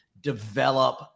develop